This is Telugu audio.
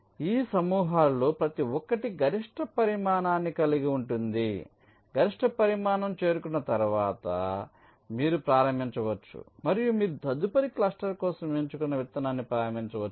కాబట్టి ఈ సమూహాలలో ప్రతి ఒక్కటి గరిష్ట పరిమాణాన్ని కలిగి ఉంటుంది కాబట్టి గరిష్ట పరిమాణం చేరుకున్న తర్వాత మీరు ప్రారంభించవచ్చు మరియు మీరు తదుపరి క్లస్టర్ కోసం ఎంచుకున్న విత్తనాన్ని ప్రారంభించవచ్చు